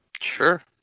Sure